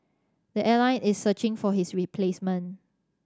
the airline is searching for his replacement